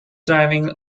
driving